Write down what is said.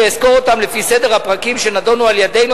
ואסקור אותם לפי סדר הפרקים שנדונו על-ידינו,